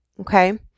okay